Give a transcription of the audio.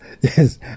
Yes